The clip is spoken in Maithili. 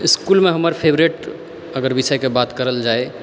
इस्कूलमे हमर फेवरेट अगर विषयके बात करल जाय